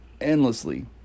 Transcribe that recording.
endlessly